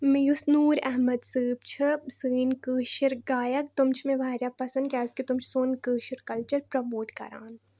مےٚ یُس نوٗر احمد صٲب چھِ سٲنۍ کٲشِر گایک تِم چھِ مےٚ واریاہ پَسنٛد کیازکہِ تِم چھِ سون کٲشُر کَلچَر پرٛموٹ کَران